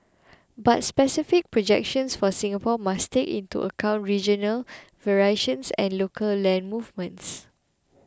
but specific projections for Singapore must take into account regional variations and local land movements